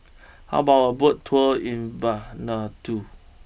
how about a Boat tour in Vanuatu